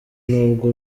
n’ubwo